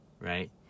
Right